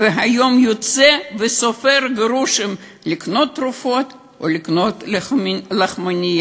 והיום הוא יוצא וסופר גרושים כדי לקנות תרופות או לקנות לחמנייה.